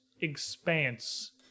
expanse